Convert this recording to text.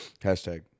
Hashtag